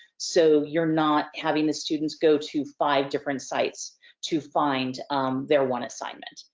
so you're not having the students go to five different sites to find their one assignment.